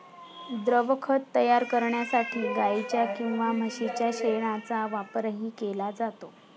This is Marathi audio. द्रवखत तयार करण्यासाठी गाईच्या किंवा म्हशीच्या शेणाचा वापरही केला जातो